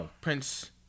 Prince